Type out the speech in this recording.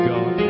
God